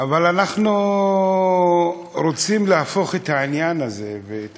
אבל אנחנו רוצים להפוך את העניין הזה ואת